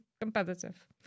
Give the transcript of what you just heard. competitive